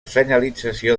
senyalització